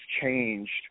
changed